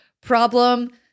problem